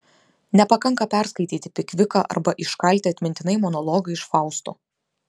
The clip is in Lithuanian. nepakanka perskaityti pikviką arba iškalti atmintinai monologą iš fausto